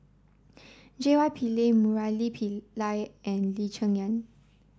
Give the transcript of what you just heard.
J Y Pillay Murali Pillai and Lee Cheng Yan